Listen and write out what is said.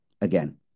again